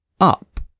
up